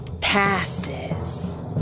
passes